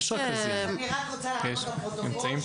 אני רק רוצה להפנות לפרוטוקול,